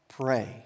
pray